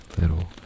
little